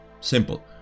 Simple